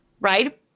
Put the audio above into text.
Right